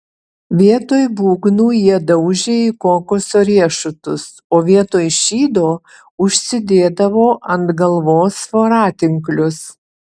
vietoj būgnų jie daužė į kokoso riešutus o vietoj šydo užsidėdavo ant galvos voratinklius